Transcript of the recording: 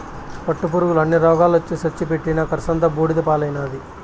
పట్టుపురుగుల అన్ని రోగాలొచ్చి సచ్చి పెట్టిన కర్సంతా బూడిద పాలైనాది